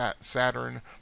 Saturn